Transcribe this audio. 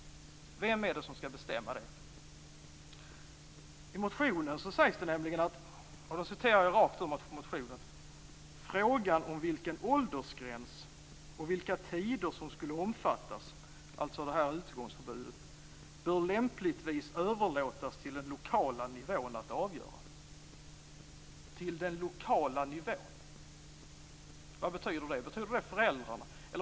I motionen sägs det: "Frågan om vilken åldersgräns och vilka tider som skulle omfattas bör lämpligtvis överlåtas till den lokala nivån att avgöra." Vad menas med den lokala nivån? Betyder det föräldrarna?